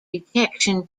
detection